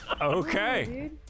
Okay